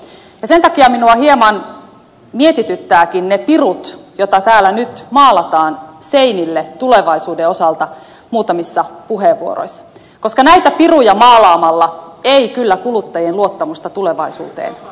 sen takia minua hieman mietityttävätkin ne pirut joita täällä nyt maalataan seinille tulevaisuuden osalta muutamissa puheenvuoroissa koska näitä piruja maalaamalla ei kyllä kuluttajien luottamusta tulevaisuuteen vahvisteta